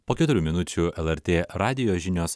po keturių minučių lrt radijo žinios